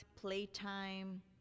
playtime